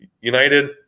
United